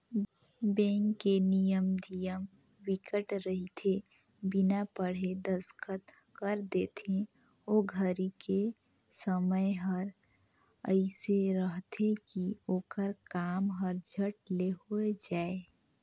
bank के नियम धियम बिकट रहिथे बिना पढ़े दस्खत कर देथे ओ घरी के समय हर एइसे रहथे की ओखर काम हर झट ले हो जाये